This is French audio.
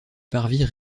parvis